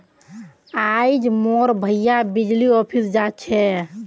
आइज मोर भाया बिजली ऑफिस जा छ